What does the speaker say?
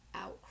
out